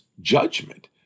judgment